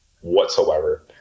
whatsoever